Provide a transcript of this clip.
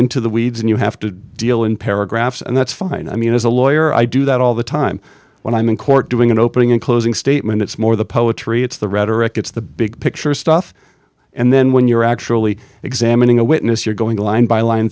into the weeds and you have to deal in paragraphs and that's fine i mean as a lawyer i do that all the time when i'm in court doing an opening and closing statement it's more the poetry it's the rhetoric it's the big picture stuff and then when you're actually examining a witness you're going line by line